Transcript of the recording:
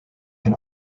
can